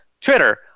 Twitter